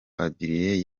adrien